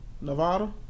Nevada